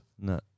No